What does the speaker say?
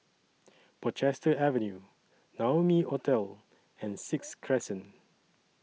Portchester Avenue Naumi Hotel and Sixth Crescent